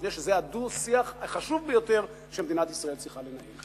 מפני שזה דו-השיח החשוב ביותר שמדינת ישראל צריכה לנהל.